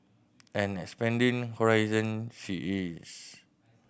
and expanding horizon she is